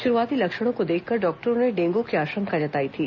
शुरूआती लक्षणों को देखकर डॉक्टरों ने डेंगू की आशंका जताई थी